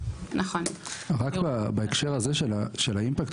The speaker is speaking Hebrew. רק בהקשר הזה של האימפקט,